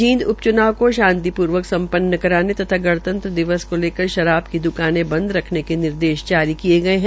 जींद उपच्नाव को शांतिपूर्वक संपन्न कराने तथा गणतंत्र दिवस को लेकर शराब की द्काने बंद रखने के निर्देश जारी किये गये है